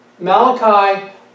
Malachi